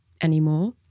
anymore